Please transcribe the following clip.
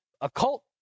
occult